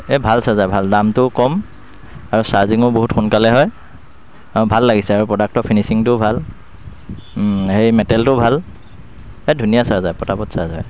এই ভাল চাৰ্জাৰ ভাল দামটোও কম আৰু চাৰ্জিঙো বহুত সোনকালে হয় আৰু ভাল লাগিছে আৰু প্ৰডাক্টটো ফিনিচিংটও ভাল সেই মেটেলটোও ভাল বিৰাট ধুনীয়া চাৰ্জাৰ পটাপট চাৰ্জ হয়